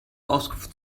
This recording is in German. auskunft